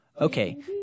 Okay